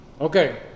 Okay